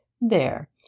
There